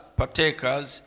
partakers